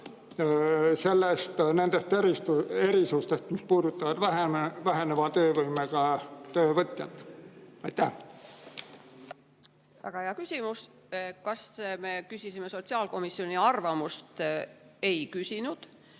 ka nendest erisustest, mis puudutavad vähenenud töövõimega töövõtjat? Väga hea küsimus. Kas me küsisime sotsiaalkomisjoni arvamust? Ei küsinud,